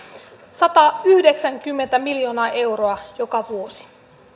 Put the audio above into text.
satayhdeksänkymmentä miljoonaa euroa joka vuosi